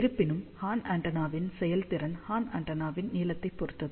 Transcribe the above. இருப்பினும் ஹார்ன் ஆண்டெனாவின் செயல்திறன் ஹார்ன் ஆண்டெனாவின் நீளத்தைப் பொறுத்தது